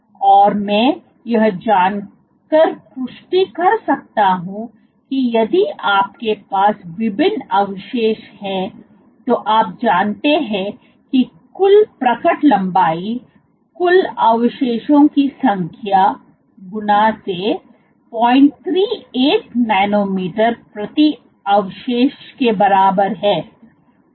और मैं यह जानकर पुष्टि कर सकता हूं कि यदि आपके पास विभिन्न अवशेष हैं तो आप जानते हैं कि कुल प्रकट लंबाई कुल अवशेषों की संख्या गुणा से 038 नैनोमीटर प्रति अवशेष के बराबर है